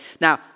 Now